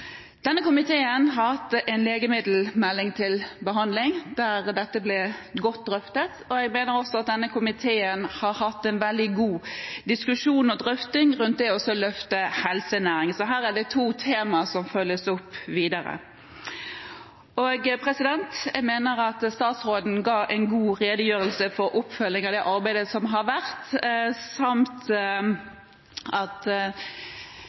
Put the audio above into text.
Denne komiteen har hatt en legemiddelmelding til behandling der dette ble godt drøftet, og jeg mener også at denne komiteen har hatt en veldig god diskusjon rundt å løfte helsenæringen, så her er det to temaer som følges opp videre. Jeg mener at statsråden ga en god redegjørelse for oppfølgingen av det arbeidet som har vært, og jeg er rimelig trygg på at